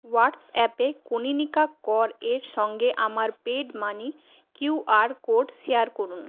হোয়াটসঅ্যাপে কনীনিকা করের সঙ্গে আমার paid money QR code share করুন